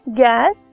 gas